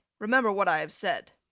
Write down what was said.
remember what i have said.